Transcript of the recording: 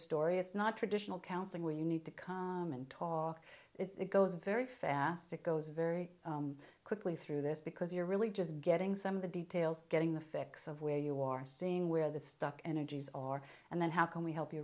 story it's not traditional counseling where you need to come and talk it goes very fast it goes very quickly through this because you're really just getting some of the details getting the facts of where you are seeing where the stock energies are and then how can we help you